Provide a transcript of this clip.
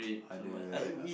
other uh uh